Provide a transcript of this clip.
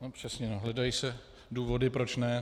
No přesně, hledají se důvody proč ne.